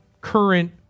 current